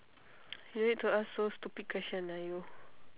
you need to ask so stupid question lah you